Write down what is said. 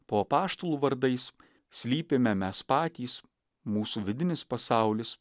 po apaštalų vardais slypime mes patys mūsų vidinis pasaulis